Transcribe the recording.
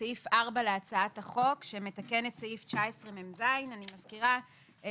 לסעיף 4 להצעת החוק שמתקן את סעיף 19מז. אני מזכירה שסעיף